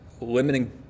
limiting